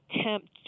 attempt